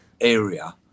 area